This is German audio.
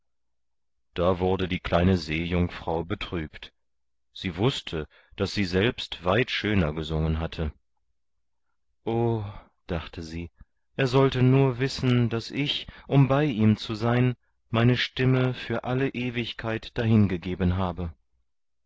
da wurde die kleine seejungfrau betrübt sie wußte daß sie selbst weit schöner gesungen hatte o dachte sie er sollte nur wissen daß ich um bei ihm zu sein meine stimme für alle ewigkeit dahingegeben habe